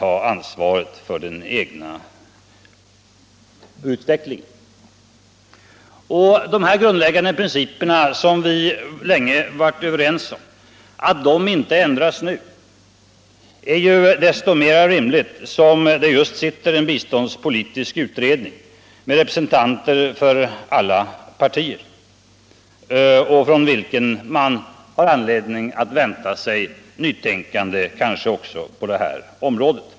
Att de här grundläggande principerna, som vi länge varit överens om, inte ändras nu är desto mera rimligt som det f. n. sitter en biståndspolitisk utredning med representanter för alla partier, en utredning från vilken man har anledning att vänta sig nytänkande kanske också på det här området.